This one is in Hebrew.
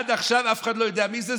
עד עכשיו אף אחד לא יודע מי זה.